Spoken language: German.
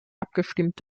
abgestimmt